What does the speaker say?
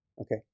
okay